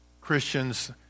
Christians